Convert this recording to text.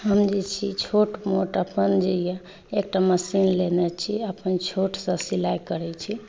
हम जे छी छोट मोट अपन जे यऽ एकटा मशीन लेने छी अपन छोटसँ सिलाइ करैत छी